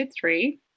three